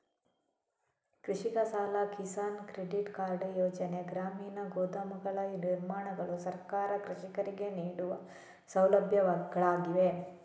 ಕೃಷಿಕ ಸಾಲ, Kisan credit card ಯೋಜನೆ, ಗ್ರಾಮೀಣ ಗೋದಾಮುಗಳ ನಿರ್ಮಾಣಗಳು ಸರ್ಕಾರ ಕೃಷಿಕರಿಗೆ ನೀಡುವ ಸೌಲಭ್ಯಗಳಾಗಿವೆ